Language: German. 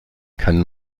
kann